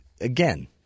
again